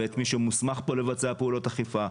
ואת מי שמוסמך פה לבצע פעולות אכיפה.